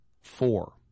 four